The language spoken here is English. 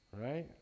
right